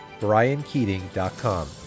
briankeating.com